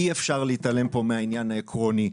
אי אפשר להתעלם כאן מהעניין העקרוני.